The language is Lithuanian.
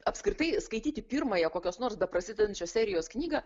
apskritai skaityti pirmąją kokios nors beprasidedančios serijos knygą